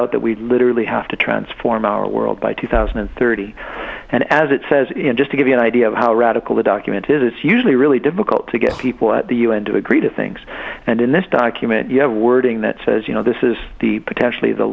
out that we literally have to transform our world by two thousand and thirty and as it says in just to give you an idea of how radical the document is it's usually really difficult to get people at the u n to agree to things and in this document you have wording that says you know this is the potentially the